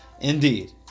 Indeed